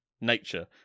nature